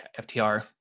FTR